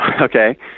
Okay